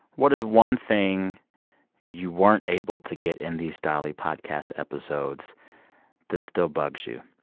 what is one thing you weren't able to get in these dolly podcast episodes that still bugs you,